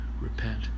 repent